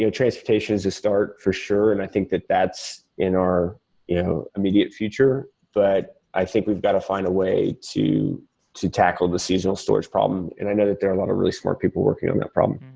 transportation is a start for sure, and i think that that's in our you know immediate future. but i think we've got to find a way to to tackle the seasonal storage problem, and i know that there are lot of really smart people working on that problem.